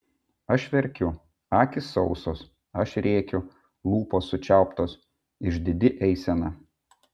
aš verkiu akys sausos aš rėkiu lūpos sučiauptos išdidi eisena